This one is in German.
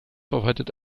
verwaltet